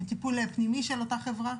על טיפול פנימי של אותה חברה?